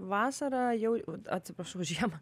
vasarą jau atsiprašau žiemą